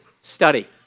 Study